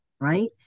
right